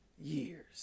years